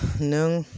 नों